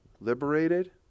liberated